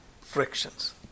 frictions